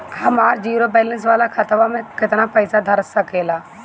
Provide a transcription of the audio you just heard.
हमार zero balance वाला खतवा म केतना पईसा धरा सकेला?